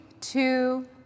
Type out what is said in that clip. two